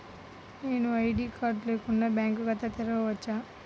నేను ID card లేకుండా bank ఖాతా తెరవచ్చా?